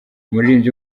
umuririmbyi